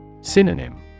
Synonym